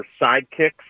sidekicks